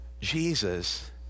Jesus